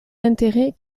d’intérêt